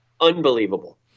unbelievable